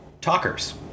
talkers